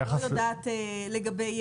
אני לא יודעת לגבי